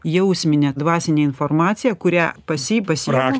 jausminę dvasinę informaciją kurią pas jį pasiimu